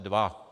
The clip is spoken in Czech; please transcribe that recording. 2.